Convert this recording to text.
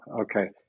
okay